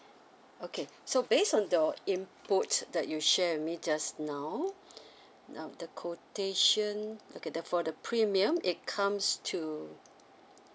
okay so based on the input that you share with me just now now the quotation okay the for the premium it comes to